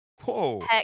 whoa